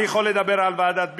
אני יכול לדבר על ועדת ביטון,